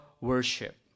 worship